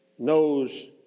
Knows